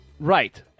Right